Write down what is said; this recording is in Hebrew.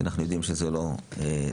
אנחנו יודעים שזה לא תואם,